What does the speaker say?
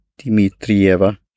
Dimitrieva